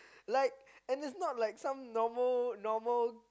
like and it's not like some normal normal